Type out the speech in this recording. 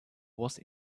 was